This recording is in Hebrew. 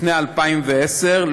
לפני 2010,